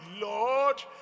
Lord